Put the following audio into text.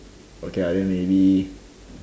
okay ah then maybe